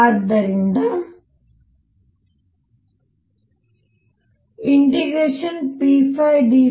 ಆದ್ದರಿಂದ 1